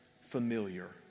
familiar